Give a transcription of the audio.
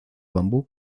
bambú